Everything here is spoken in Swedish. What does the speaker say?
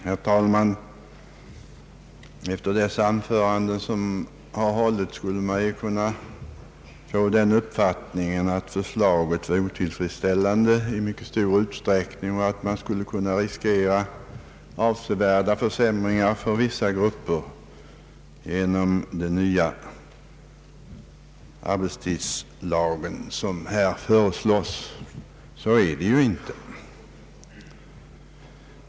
Herr talman! Av de anföranden som hållits skulle man kunna få uppfattningen att den nya arbetstidslag som föreslås i mycket stor utsträckning är otillfredsställande och att man skulle riskera avsevärda försämringar för vissa grupper. Så är det ju inte.